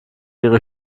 ihre